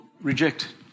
reject